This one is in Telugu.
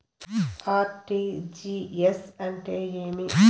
ఆర్.టి.జి.ఎస్ అంటే ఏమి?